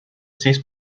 sis